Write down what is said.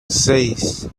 seis